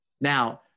Now